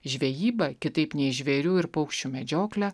žvejybą kitaip nei žvėrių ir paukščių medžioklę